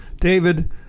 David